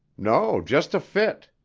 no, just a fit.